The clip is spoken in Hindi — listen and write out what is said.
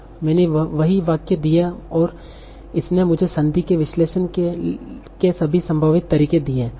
मैंने वहीं वाक्य दिया और इसने मुझे संदी के विश्लेषण के सभी संभावित तरीके दिए है